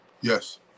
Yes